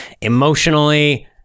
emotionally